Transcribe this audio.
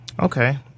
Okay